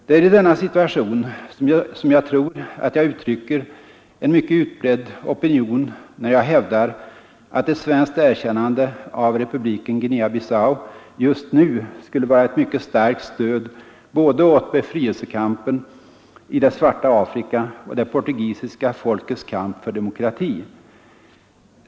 Det är i denna situation som jag tror att jag uttrycker en mycket utbredd opinion när jag hävdar att ett svenskt erkännande av republiken Guinea-Bissau just nu skulle vara ett starkt stöd både åt befrielsekampen i det svarta Afrika och åt det portugisiska folkets kamp för demokratin.